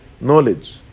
knowledge